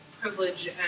privilege